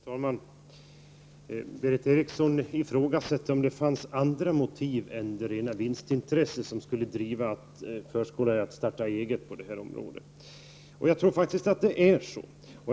Herr talman! Berith Eriksson ifrågasatte om det fanns andra intressen än det rena vinstintresset för förskollärare att starta eget inga barnomsorgen. Jag tror faktiskt att det gör det.